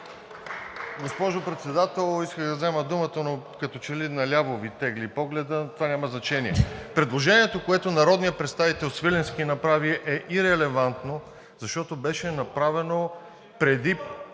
Госпожо Председател, исках да взема думата, но като че ли наляво Ви тегли погледът. Това няма значение! Предложението, което народният представител Свиленски направи, е ирелевантно, защото беше направено преди